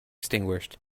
extinguished